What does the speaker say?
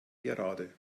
gerade